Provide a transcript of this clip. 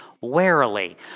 warily